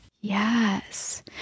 Yes